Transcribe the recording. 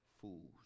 fools